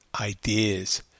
ideas